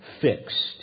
fixed